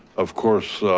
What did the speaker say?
of course,